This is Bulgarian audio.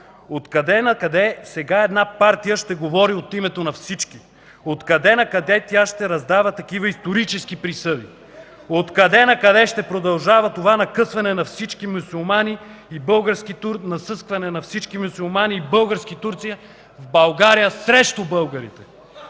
Откъде-накъде сега една партия ще говори от името на всички? Откъде-накъде тя ще раздава такива исторически присъди? Откъде-накъде ще продължава това накъсване на всички мюсюлмани и български турци в България срещу българите?